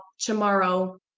tomorrow